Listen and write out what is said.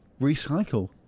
Recycle